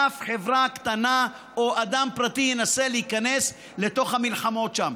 אף חברה קטנה או אדם פרטי לא ינסה להיכנס לתוך המלחמות שם.